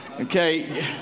Okay